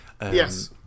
Yes